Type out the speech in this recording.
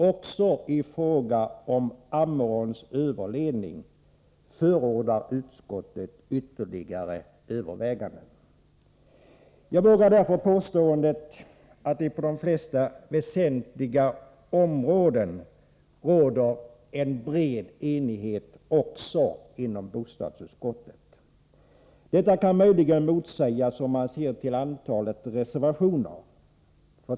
Också i fråga om Ammeråns överledning förordar utskottet ytterligare överväganden. Jag vågar därför påståendet att det på de flesta väsentliga områdena råder en bred enighet också inom bostadsutskottet. Detta kan möjligen motsägas av antalet reservationer.